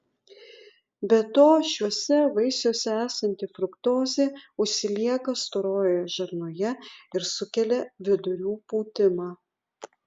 be to šiuose vaisiuose esanti fruktozė užsilieka storojoje žarnoje ir sukelia vidurių pūtimą